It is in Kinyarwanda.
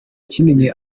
kinini